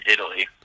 Italy